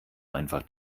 einfach